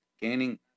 gaining